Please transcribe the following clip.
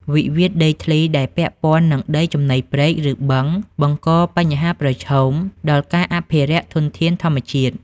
វិវាទដីធ្លីដែលពាក់ព័ន្ធនឹងដីចំណីព្រែក ឬបឹង បង្កបញ្ហាប្រឈមដល់ការអភិរក្សធនធានធម្មជាតិ។